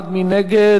מי נגד?